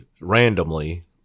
randomly